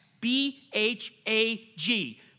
B-H-A-G